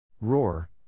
roar